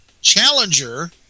challenger